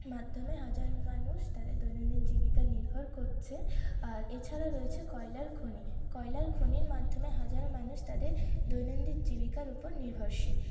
মাধ্যমে হাজার মানুষ তাদের দৈনন্দিন জীবিকা নির্ভর করছে আর এছাড়া রয়েছে কয়লার খনি কয়লার খনির মাধ্যমে হাজারো মানুষ তাদের দৈনন্দিন জীবিকার ওপর নির্ভরশীল